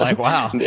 like wow. yeah,